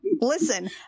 Listen